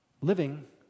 living